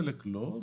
חלק לא,